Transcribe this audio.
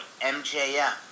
MJF